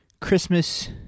Christmas